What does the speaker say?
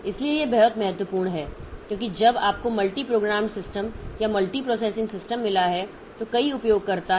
इसलिए यह बहुत महत्वपूर्ण है क्योंकि जब आपको मल्टी प्रोग्राम्ड सिस्टम या मल्टीप्रोसेसिंग सिस्टम मिला है तो कई उपयोगकर्ता हैं